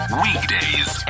weekdays